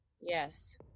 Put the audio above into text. Yes